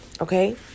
okay